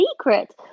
secret